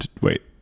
Wait